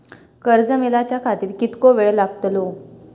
कर्ज मेलाच्या खातिर कीतको वेळ लागतलो?